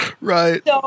Right